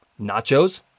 nachos